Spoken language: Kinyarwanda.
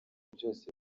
byose